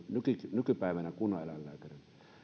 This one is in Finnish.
nykypäivänä kunnaneläinlääkärit